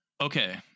Okay